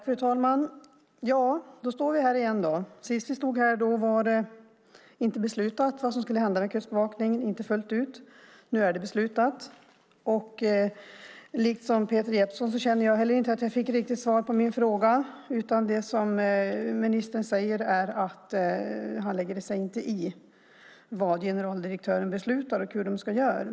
Fru talman! Då står vi här igen. Sist vi stod här var det inte fullt ut beslutat vad som skulle hända med Kustbevakningen. Nu är det beslutat, och liksom Peter Jeppsson känner inte heller jag att jag riktigt fick svar på min fråga. Ministern säger att han inte lägger sig i vad generaldirektören beslutar och hur de ska göra.